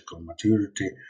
maturity